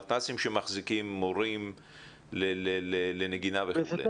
מתנ"סים שמחזיקים מורים לנגינה וכולי.